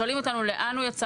שואלים אותנו לאן הוא יצא,